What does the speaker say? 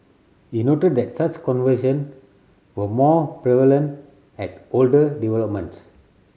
he noted that such conversion were more prevalent at older developments